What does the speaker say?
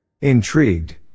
Intrigued